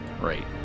right